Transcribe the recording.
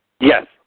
Yes